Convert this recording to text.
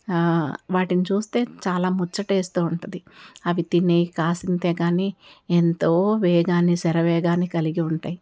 వాటిని చూస్తే చాలా ముచ్చటేస్తూ ఉంటుంది అవి తినే కాసంతే కానీ ఎంతో వేగాన్ని శరవేగాన్ని కలిగి ఉంటాయి